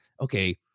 okay